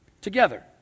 together